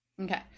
Okay